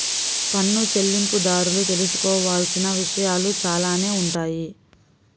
పన్ను చెల్లింపుదారులు తెలుసుకోవాల్సిన విషయాలు చాలానే ఉంటాయి